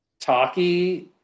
talky